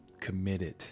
committed